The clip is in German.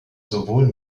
sowohl